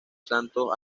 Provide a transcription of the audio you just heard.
santos